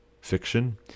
fiction